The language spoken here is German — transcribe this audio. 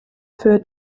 für